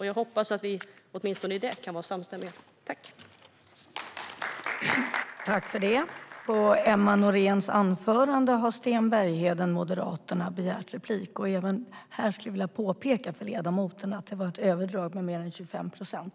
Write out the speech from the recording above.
Jag hoppas att vi kan vara samstämmiga, åtminstone i det.